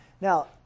Now